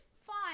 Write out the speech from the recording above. fine